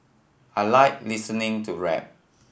I like listening to rap